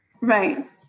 Right